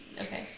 Okay